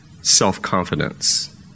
self-confidence